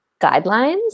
guidelines